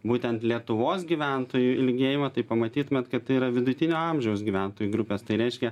būtent lietuvos gyventojų ilgėjimą tai pamatytumėt kad tai yra vidutinio amžiaus gyventojų grupės tai reiškia